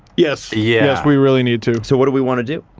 yes. yes, we really need to. so what do we want to do?